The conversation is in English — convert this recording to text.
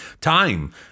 Time